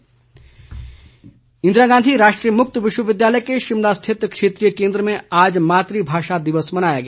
मातृ भाषा इंदिरा गांधी राष्ट्रीय मुक्त विश्वविद्यालय के शिमला स्थित क्षेत्रीय केंद्र में आज मातू भाषा दिवस मनाया गया